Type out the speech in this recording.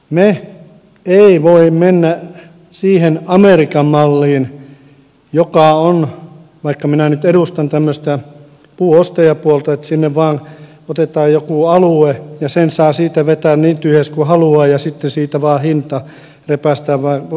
me emme voi mennä siihen amerikan malliin joka on se vaikka minä nyt edustan tämmöistä puun ostajapuolta että sinne vain otetaan joku alue ja sen saa siitä vetää niin tyhjäksi kuin haluaa ja sitten siitä vain hinta repäistään niin kuin tuolta